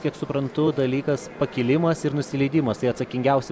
kiek suprantu dalykas pakilimas ir nusileidimas tai atsakingiausi